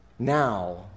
Now